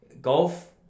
Golf